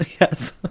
yes